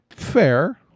fair